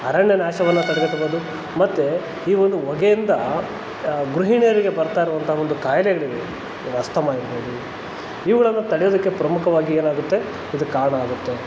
ಅರಣ್ಯನಾಶವನ್ನು ತಡೆಗಟ್ಟಬೋದು ಮತ್ತು ಈ ಒಂದು ಹೊಗೆಯಿಂದಾ ಗೃಹಿಣಿಯರಿಗೆ ಬರ್ತಾ ಇರುವಂಥ ಒಂದು ಖಾಯಿಲೆಗಳಿವೆ ಅಸ್ತಮ ಇರ್ಬೋದು ಇವುಗಳನ್ನ ತಡಿಯೋದಕ್ಕೆ ಪ್ರಮುಖವಾಗಿ ಏನಾಗುತ್ತೆ ಇದು ಕಾರಣ ಆಗುತ್ತೆ